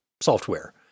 software